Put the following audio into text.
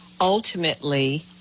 Ultimately